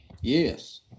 Yes